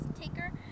taker